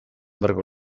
beharko